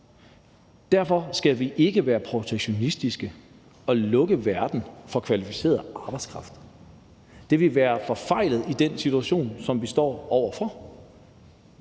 Vi skal ikke være protektionistiske og lukke Danmark for kvalificeret arbejdskraft. Det ville være forfejlet i den situation, som vi står over for.